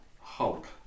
Hulk